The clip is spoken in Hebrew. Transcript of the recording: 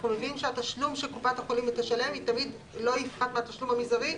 אנחנו מבינים שהתשלום שקופת החולים תשלם - תמיד לא יפחת מהתשלום המזערי,